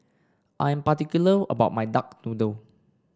I'm particular about my Duck Noodle